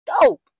dope